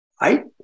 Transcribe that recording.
Right